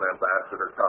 Ambassador